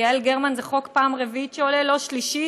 יעל גרמן, זה חוק שעולה פעם רביעית, לא שלישית.